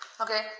Okay